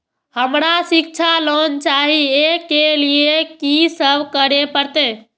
हमरा शिक्षा लोन चाही ऐ के लिए की सब करे परतै?